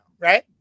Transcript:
right